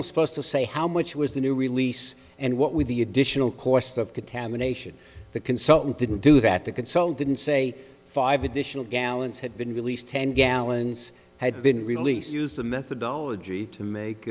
consultant supposed to say how much was the new release and what with the additional cost of contamination the consultant didn't do that the consult didn't say five additional gallons had been released ten gallons had been released used the methodology to make